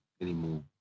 anymore